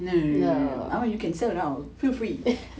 no no no no no I mean you can sell now feel free